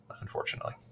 unfortunately